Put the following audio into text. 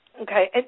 Okay